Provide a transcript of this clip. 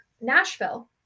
Nashville